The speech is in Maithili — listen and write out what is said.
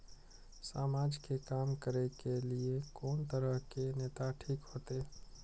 समाज के काम करें के ली ये कोन तरह के नेता ठीक होते?